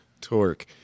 torque